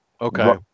okay